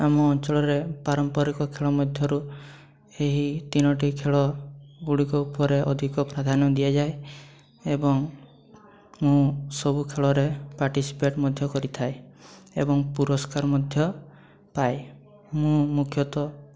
ଆମ ଅଞ୍ଚଳରେ ପାରମ୍ପାରିକ ଖେଳ ମଧ୍ୟରୁ ଏହି ତିନୋଟି ଖେଳ ଗୁଡ଼ିକ ଉପରେ ଅଧିକ ପ୍ରାଧାନ୍ୟ ଦିଆଯାଏ ଏବଂ ମୁଁ ସବୁ ଖେଳରେ ପାର୍ଟିସିପେଟ୍ ମଧ୍ୟ କରିଥାଏ ଏବଂ ପୁରସ୍କାର ମଧ୍ୟ ପାଏ ମୁଁ ମୁଖ୍ୟତଃ